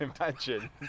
imagine